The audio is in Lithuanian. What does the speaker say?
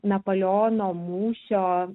napoleono mūšio